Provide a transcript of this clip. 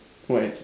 where